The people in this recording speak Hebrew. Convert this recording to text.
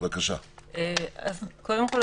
אז קודם כול,